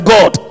God